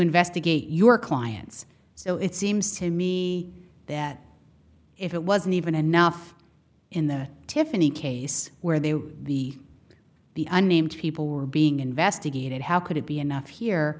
investigate your clients so it seems to me that if it wasn't even enough in the tiffany case where they were the the unnamed people were being investigated how could it be enough here